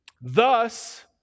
Thus